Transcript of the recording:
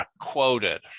quoted